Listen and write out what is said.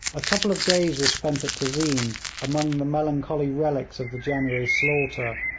a couple of days were spent at tezeen among the melancholy relics of the january slaughter,